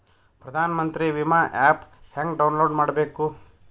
ಪ್ರಧಾನಮಂತ್ರಿ ವಿಮಾ ಆ್ಯಪ್ ಹೆಂಗ ಡೌನ್ಲೋಡ್ ಮಾಡಬೇಕು?